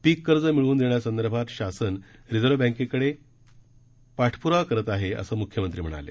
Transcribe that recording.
पीक कर्ज मिळवून देण्यासंदर्भात शासन रिझर्व बँकेकडे पाठपूरावा करत आहे असं मुख्यमंत्री म्हणाले